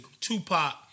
Tupac